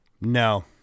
No